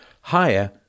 higher